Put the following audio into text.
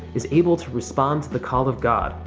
is able to respond to the call of god,